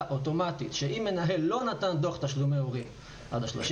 אוטומטית שאם מנהל לא נתן דוח תשלומי הורים עד 31